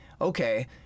okay